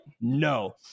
no